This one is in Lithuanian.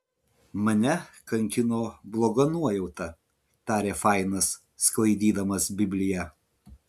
mane kankino bloga nuojauta tarė fainas sklaidydamas bibliją